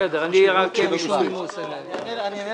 אני אענה